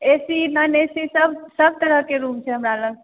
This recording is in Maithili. A C non A C सब तरहकेँ रुम छै हमरा लग